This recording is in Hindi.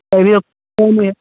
अभी ओ पहले